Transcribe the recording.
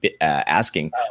asking